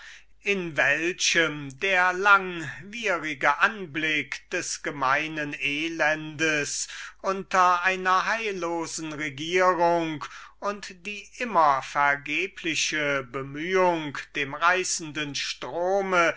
in welchem der langwierige anblick des gemeinen elendes unter einer heillosen regierung und die immer vergebliche bemühung dem reißenden strom